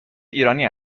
ایرانی